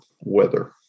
weather